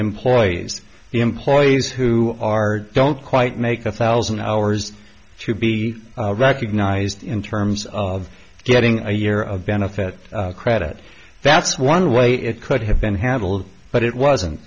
employees the employees who are don't quite make a thousand hours to be recognized in terms of getting a year of benefit credit that's one way it could have been handled but it wasn't